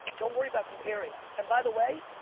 don't worry about comparing. and by the way,